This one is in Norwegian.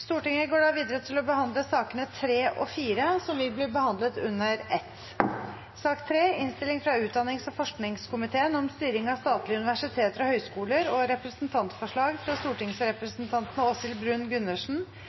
Sakene nr. 3 og 4 vil bli behandlet under ett. Etter ønske fra utdannings- og forskningskomiteen vil presidenten ordne debatten slik: 5 minutter til hver partigruppe og